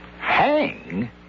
Hang